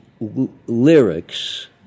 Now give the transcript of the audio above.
lyrics